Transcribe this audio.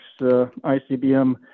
ICBM